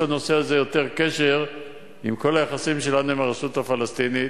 יש לנושא הזה יותר קשר לכל היחסים שלנו עם הרשות הפלסטינית.